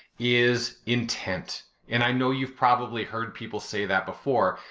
is intent. and i know you've probably heard people say that before,